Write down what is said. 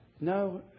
No